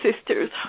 sisters